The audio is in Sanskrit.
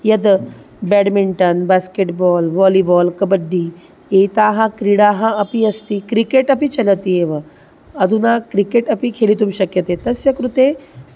यद् badminton basketball volleyball kabaddi एताः क्रीडाः अपि अस्ति क्रिकेट् अपि चलति एव अधुना क्रिकेट् अपि खेलितुं शक्यते तस्य कृते